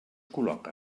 col·loca